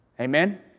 Amen